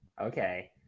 Okay